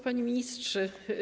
Panie Ministrze!